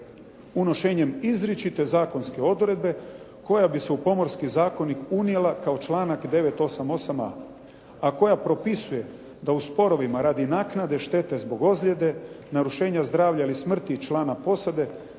unošenjem izričite zakonske odredbe koja bi se u Pomorski zakonik unijela kao članak 988 a, a koja propisuje da u sporovima radi naknade štete zbog ozljede, narušenja zdravlja ili smrti člana posade,